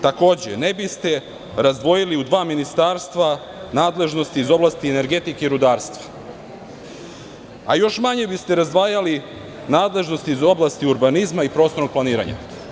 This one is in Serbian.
Takođe ne biste u dva ministarstva razdvojili nadležnosti iz oblasti energetike i rudarstva, a još manje biste razdvajali nadležnosti iz oblasti urbanizma i prostornog planiranja.